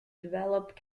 develop